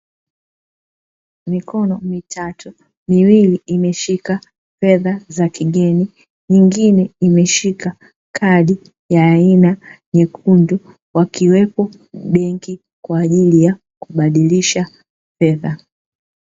Mikono mitatu, miwili imeshika fedha za kigeni, mwingine umeshika kadi ya aina nyekundu, wakiwepo benki kwa ajili ya kubadilisha fedha.